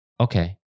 okay